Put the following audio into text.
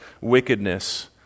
wickedness